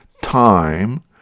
time